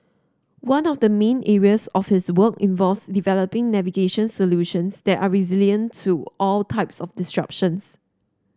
one of the main areas of his work involves developing navigation solutions that are resilient to all types of disruptions